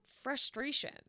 frustration